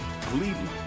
Cleveland